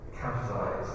capitalize